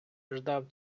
ждав